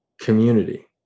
community